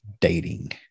dating